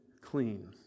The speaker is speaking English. clean